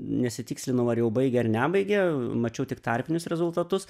nesitikslinau ar jau baigė ar nebaigė mačiau tik tarpinius rezultatus